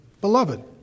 beloved